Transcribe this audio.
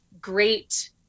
great